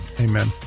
Amen